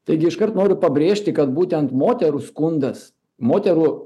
taigi iškart noriu pabrėžti kad būtent moterų skundas moterų